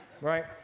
Right